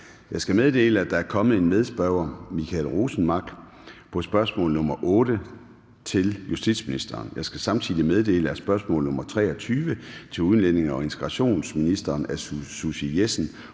Jeg skal meddele, at der er kommet en medspørger, Michael Rosenmark (DD), på spørgsmål nr. 8 til justitsministeren (spm. nr. S 186). Jeg skal samtidig meddele, at spørgsmål nr. 23 til udlændinge- og integrationsministeren af Susie Jessen